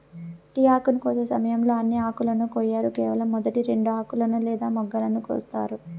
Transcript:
tea ఆకును కోసే సమయంలో అన్ని ఆకులను కొయ్యరు కేవలం మొదటి రెండు ఆకులను లేదా మొగ్గలను కోస్తారు